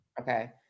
Okay